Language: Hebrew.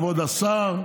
כבוד השר,